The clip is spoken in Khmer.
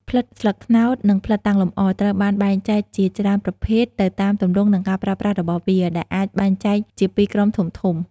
ផ្លិតស្លឹកត្នោត និងផ្លិតតាំងលម្អ ត្រូវបានបែងចែកជាច្រើនប្រភេទទៅតាមទម្រង់និងការប្រើប្រាស់របស់វា ដែលអាចបែងចែកជាពីរក្រុមធំៗ។